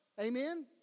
amen